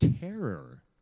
terror